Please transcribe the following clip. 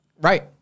Right